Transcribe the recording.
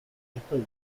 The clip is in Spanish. estoy